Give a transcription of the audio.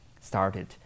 started